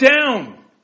down